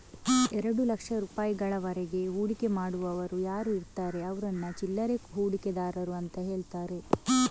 ಎರಡು ಲಕ್ಷ ರೂಪಾಯಿಗಳವರೆಗೆ ಹೂಡಿಕೆ ಮಾಡುವವರು ಯಾರು ಇರ್ತಾರೆ ಅವ್ರನ್ನ ಚಿಲ್ಲರೆ ಹೂಡಿಕೆದಾರರು ಅಂತ ಹೇಳ್ತಾರೆ